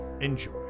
Enjoy